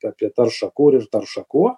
apie taršą kur ir taršą kuo